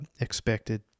expected